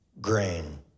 grain